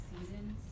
seasons